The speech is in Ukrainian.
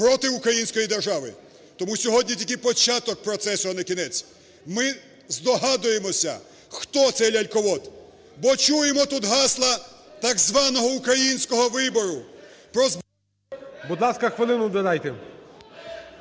Будь ласка, хвилину додайте.